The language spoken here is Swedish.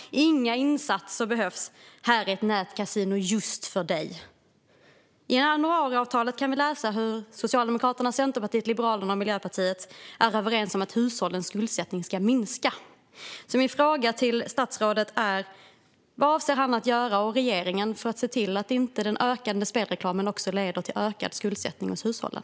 Inga insatser behövs! Här är ett nätkasino just för dig! I januariavtalet kan vi läsa hur Socialdemokraterna, Centerpartiet, Liberalerna och Miljöpartiet är överens om att hushållens skuldsättning ska minska. Min fråga till statsrådet är vad han och regeringen avser att göra för att se till att den ökande spelreklamen inte leder till ökad skuldsättning hos hushållen.